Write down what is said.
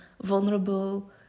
vulnerable